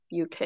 UK